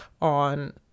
on